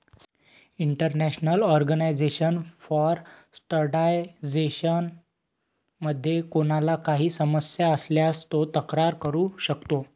international organisation for standardisation मध्ये कोणाला काही समस्या असल्यास तो तक्रार करू शकतो